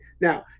Now